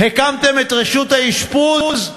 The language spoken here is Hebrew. הקמתם את רשות האשפוז,